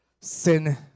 sin